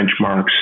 benchmarks